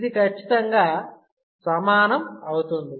ఇది ఖచ్చితంగా సమానం అవుతుంది